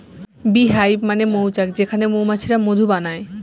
bee hive মানে মৌচাক যেখানে মৌমাছিরা মধু বানায়